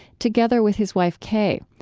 together with his wife, kay.